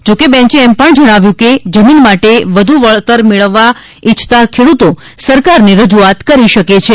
જો કે બેન્ચે એમ પણ જગ્નાવ્યું છે કે જમીન માટે વધુ વળતર મેળવવા ઇચ્છતા ખેડૂતો સરકારને રજુઆત કરી શકે છે